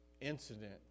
incident